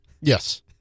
Yes